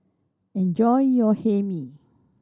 enjoy your Hae Mee